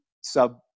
sub